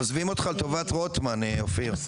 עוזבים אותך לטובת רוטמן אופיר,